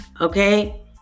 Okay